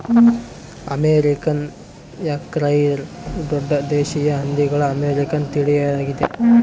American Yorkshire ದೊಡ್ಡ ದೇಶೀಯ ಹಂದಿಗಳ ಅಮೇರಿಕನ್ ತಳಿಯಾಗಿದೆ